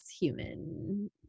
human